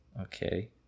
Okay